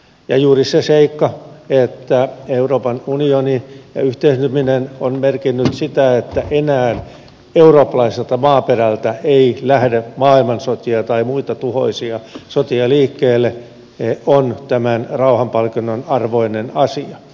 ja juuri se seikka että euroopan unioni ja yhdentyminen ovat merkinneet sitä että enää eurooppalaiselta maaperältä ei lähde maailmansotia tai muita tuhoisia sotia liikkeelle on tämän rauhanpalkinnon arvoinen asia